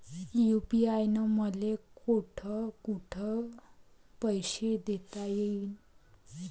UPI न मले कोठ कोठ पैसे देता येईन?